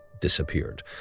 disappeared